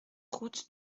route